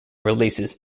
releases